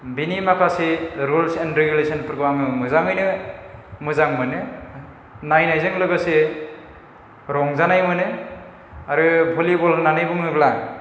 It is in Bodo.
बेनि माखासे रुलस एण्ड रेगुलेसनफोरखौ आङो मोजाङैनो मोजां मोनो नायनायजों लोगोसे रंजानाय मोनो आरो भलिबल होननानै बुङोब्ला